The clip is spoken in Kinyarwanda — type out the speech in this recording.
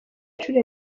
inshuro